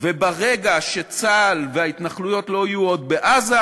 וברגע שצה"ל וההתנחלויות לא יהיו עוד בעזה,